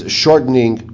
shortening